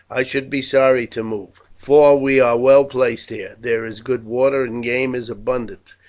i should be sorry to move, for we are well placed here there is good water and game is abundant.